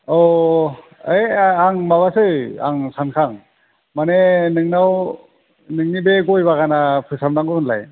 अ ओइ आं माबासो आं सानखां मानि आं नोंनाव नोंनि बे गय बागाना फोसाब नांगौ होनलाय